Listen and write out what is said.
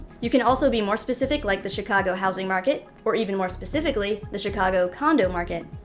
you can also be more specific like the chicago housing market, or even more specifically, the chicago condo market.